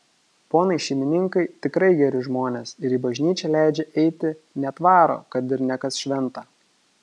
ponai šeimininkai tikrai geri žmonės ir į bažnyčią leidžia eiti net varo kad ir ne kas šventą